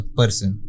person